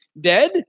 dead